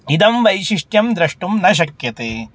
इदं वैशिष्ट्यं द्रष्टुं न शक्यते